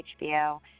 HBO